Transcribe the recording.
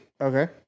Okay